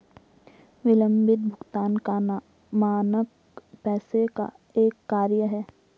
विलम्बित भुगतान का मानक पैसे का एक कार्य है